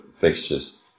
fixtures